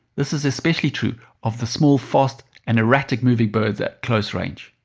this is especially true of the small fast and erratic moving birds at closer range.